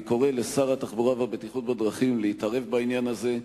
אני קורא לשר התחבורה והבטיחות בדרכים להתערב בעניין הזה.